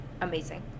amazing